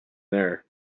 there